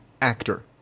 actor